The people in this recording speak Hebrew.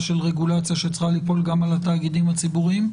של רגולציה שצריכה ליפול גם על התאגידים הציבוריים?